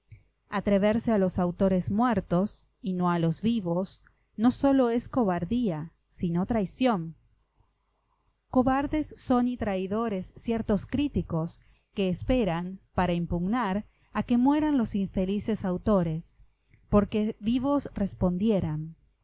atreverse a los autores muertos y no a los vivos no sólo es cobardía sino traición cobardes son y traidores ciertos críticos que esperan para impugnar a que mueran los infelices autores porque vivos respondieran